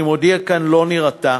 אני מודיע כאן: לא נירתע.